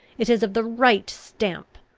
it is of the right stamp.